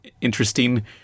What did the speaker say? interesting